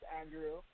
Andrew